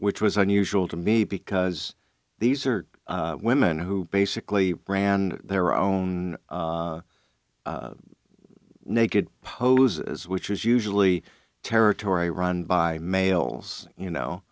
which was unusual to me because these are women who basically ran their own naked poses which is usually territory run by males you know